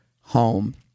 home